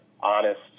honest